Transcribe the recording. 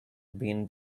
been